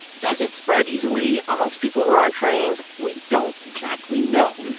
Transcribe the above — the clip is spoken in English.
does it spread easily amongst people who are on trains? we don't exactly know.